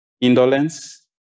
indolence